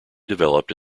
developed